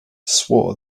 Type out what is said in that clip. swore